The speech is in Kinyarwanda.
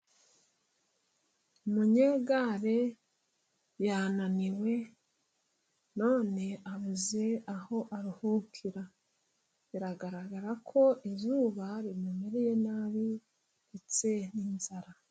Umunyegare yananiwe，none abuze aho aruhukira. Biragaragara ko izuba rimumereye nabi，ndetse n'inzara.